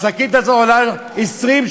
השקית הזו עולה 20,